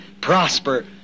prosper